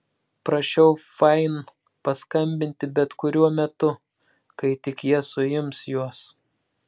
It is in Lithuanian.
prašiau fain paskambinti bet kuriuo metu kai tik jie suims juos